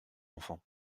enfant